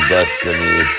destiny